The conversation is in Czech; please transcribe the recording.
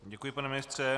Děkuji, pane ministře.